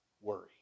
worry